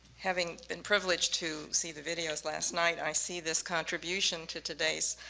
having been privileged to see the videos last night i see this contribution to today's